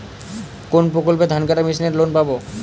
কোন প্রকল্পে ধানকাটা মেশিনের লোন পাব?